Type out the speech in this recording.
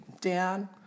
Dan